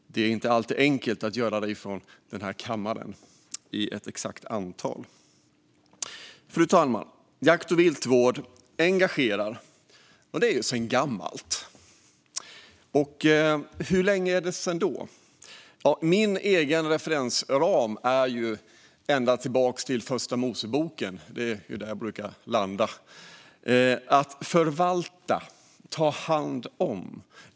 Det är inte alltid enkelt att göra det från denna kammare när det gäller ett exakt antal. Fru talman! Jakt och viltvård engagerar. Det är sedan gammalt. Sedan hur länge är det så? Ja, min referensram sträcker sig ända tillbaka till Första Moseboken. Det är där jag brukar landa. Det handlar om att förvalta, att ta hand om.